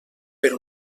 per